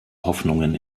hoffnungen